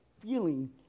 feeling